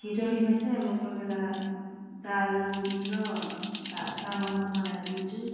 खिचडीमा चाहिँ अब कोही बेला दाल र भा चामलको बनाएर दिन्छु